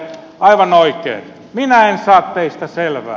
aivan oikein minä en saa teistä selvää